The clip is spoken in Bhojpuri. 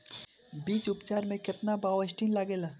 बीज उपचार में केतना बावस्टीन लागेला?